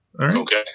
Okay